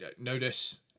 Notice